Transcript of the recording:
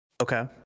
okay